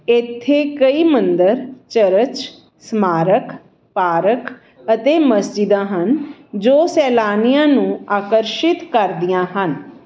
ਇੱਥੇ ਕਈ ਮੰਦਰ ਚਰਚ ਸਮਾਰਕ ਪਾਰਕ ਅਤੇ ਮਸਜਿਦਾਂ ਹਨ ਜੋ ਸੈਲਾਨੀਆਂ ਨੂੰ ਆਕਰਸ਼ਿਤ ਕਰਦੀਆਂ ਹਨ